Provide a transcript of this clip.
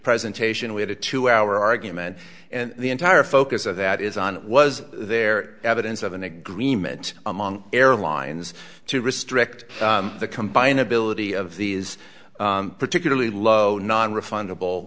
presentation we had a two hour argument and the entire focus of that is on was there evidence of an agreement among airlines to restrict the combined ability of these particularly low nonrefundable